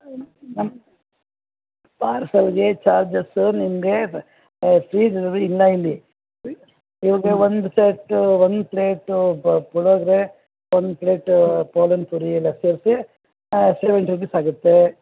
ನಮ್ಮ ಪಾರ್ಸೆಲ್ಗೆ ಚಾರ್ಜಸ್ ನಿಮಗೆ ಫೀಸ್ ಇಲ್ಲ ಇಲ್ಲಿ ಒಂದು ಸೆಟ್ ಒಂದು ಪ್ಲೇಟ್ ಪಲಾವ್ ಇದ್ದರೆ ಒನ್ ಪ್ಲೇಟ್ ಪೋಲನ್ ಪೂರಿ ಎಲ್ಲ ಸೇರಿಸಿ ಸೇವೆಂಟಿ ರುಪೀಸ್ ಆಗುತ್ತೆ